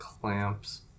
Clamps